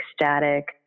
ecstatic